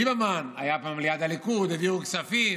ליברמן היה פעם ליד הליכוד, העבירו כספים.